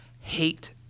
hate